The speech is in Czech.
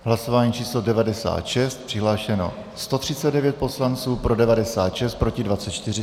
Hlasování pořadové číslo 96, přihlášeno 139 poslanců, pro 96, proti 24.